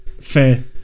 Fair